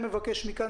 אבל אני כן מבקש מכאן,